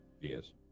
Yes